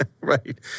Right